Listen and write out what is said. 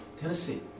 Tennessee